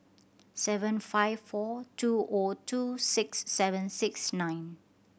seven five four two O two six seven six nine